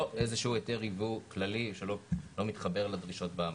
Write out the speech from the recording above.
איזשהו היתר יבוא כללי שלא מתחבר לדרישות באמנה.